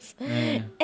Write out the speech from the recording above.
!aiya!